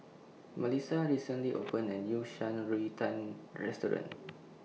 Malissa recently opened A New Shan Rui Tang Restaurant